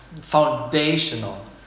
foundational